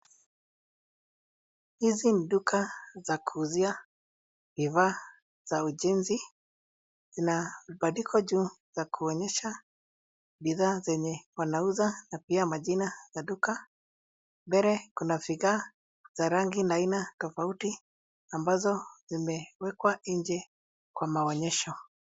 Hizi ni duka za kuuzia vifaa za ujenzi . Zina vibandiko juu za kuonyesha bidhaa zenye wanauza na pia majina ya duka. Mbele kuna vigae za rangi na aina tofauti ambazo zimewekwa nje kwa maonyesho.